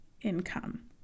income